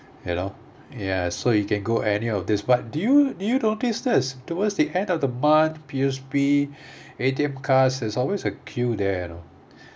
you know ya so you can go any of this but do you do you notice this towards the end of the month P_O_S_B A_T_M card there's always a queue there you know